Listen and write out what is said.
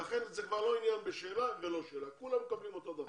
לכן זה כבר לא עניין של חזר בשאלה או לא - כולם מקבלים אותו הדבר.